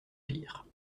pire